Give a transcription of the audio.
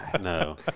no